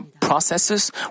processes